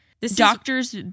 doctors